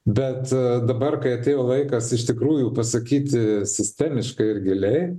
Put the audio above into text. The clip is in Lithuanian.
bet dabar kai atėjo laikas iš tikrųjų pasakyti sistemiškai ir giliai